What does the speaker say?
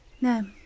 No